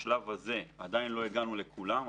בשלב הזה עדיין לא הגענו לכולם.